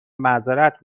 معذرت